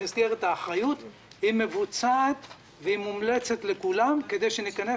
במסגרת האחריות מבוצעת ומומלצת לכולם כדי שניכנס